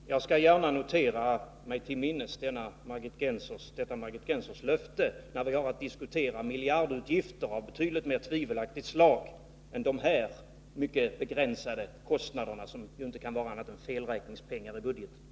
Herr talman! Jag skall gärna notera mig till minnes detta Margit Gennsers löfte, när vi har att diskutera miljardutgifter av betydligt mer tvivelaktigt slag än dessa mycket begränsade kostnader, som ju inte kan vara annat än felräkningspengar i budgeten.